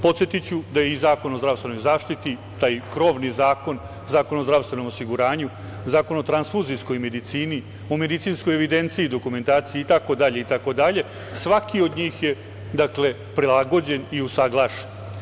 Podsetiću da su i Zakon o zdravstvenoj zaštiti, taj krovni zakon, Zakon o zdravstvenom osiguranju, Zakon o transfuzijskoj medicini, o medicinskoj evidenciji i dokumentaciji itd, svaki od njih je prilagođen i usaglašen.